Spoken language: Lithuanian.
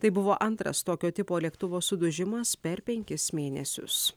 tai buvo antras tokio tipo lėktuvo sudužimas per penkis mėnesius